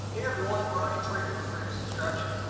hey everyone. brian freeman with freemans construction.